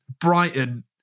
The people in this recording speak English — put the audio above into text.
Brighton